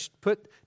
put